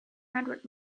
hundred